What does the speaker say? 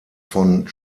von